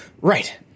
right